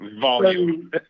Volume